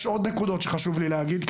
יש עוד נקודות שחשוב לי להגיד,